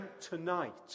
tonight